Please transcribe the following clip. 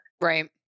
Right